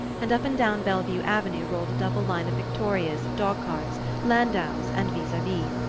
and up and down bellevue avenue rolled a double line of victorias, dog-carts, landaus and vis-a-vis,